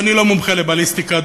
ואני לא מומחה לבליסטיקה,